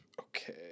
Okay